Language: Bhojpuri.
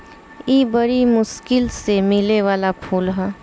इ बरी मुश्किल से मिले वाला फूल ह